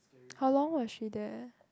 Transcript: how long was she there